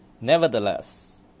Nevertheless